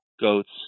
goats